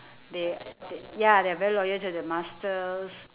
they they ya they're very loyal to their masters